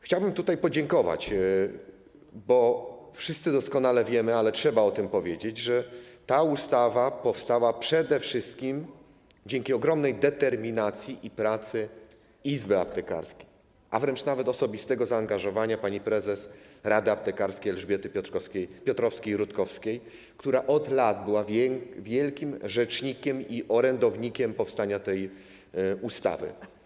Chciałbym tutaj podziękować, bo wszyscy doskonale wiemy, ale trzeba o tym powiedzieć, że ta ustawa powstała przede wszystkim dzięki ogromnej determinacji i pracy izby aptekarskiej, a wręcz nawet osobistego zaangażowania pani prezes rady aptekarskiej Elżbiety Piotrowskiej-Rutkowskiej, która od lat była wielkim rzecznikiem i orędownikiem powstania tej ustawy.